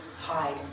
hide